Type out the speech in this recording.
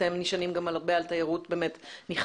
אתם נשענים הרבה על תיירות נכנסת